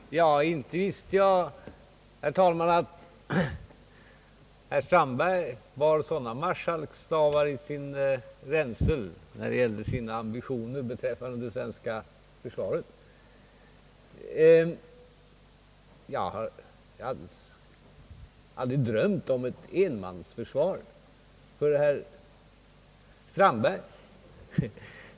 Herr talman! Inte visste jag att herr Strandberg bar sådana marskalkstavar i sin ränsel när det gäller ambitioner beträffande det svenska försvaret. Jag har aldrig drömt om ett enmansförsvar för herr Strandberg.